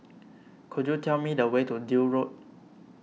could you tell me the way to Deal Road